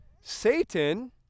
Satan